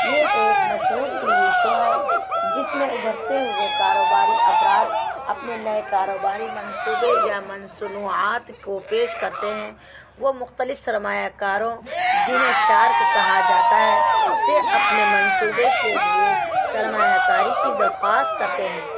یہ ایک مشہور ٹی وی شو ہے جس میں ابھرتے ہوئے کاروباری افراد اپنے نئے کاروباری منصوبے یا منصنوعات کو پیش کرتے ہیں وہ مختلف سرمایہ کاروں جنہیں شارک کہا جاتا ہے سے اپنے منصوبے کے لیے سرمایہ کاری کی درخواست کرتے ہیں